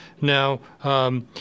Now